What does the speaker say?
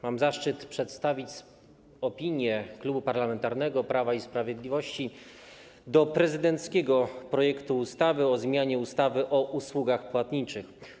Mam zaszczyt przedstawić opinię Klubu Parlamentarnego Prawo i Sprawiedliwość w sprawie prezydenckiego projektu ustawy o zmianie ustawy o usługach płatniczych.